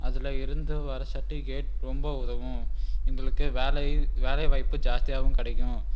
அதில் இருந்து வர சர்ட்டிவிகேட் ரொம்ப உதவும் எங்களுக்கு வேலை வேலை வாய்ப்பு ஜாஸ்தியாகவும் கிடைக்கும்